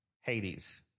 Hades